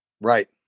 right